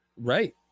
Right